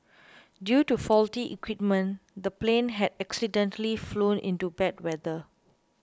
due to faulty equipment the plane had accidentally flown into bad weather